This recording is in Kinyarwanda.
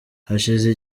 hashize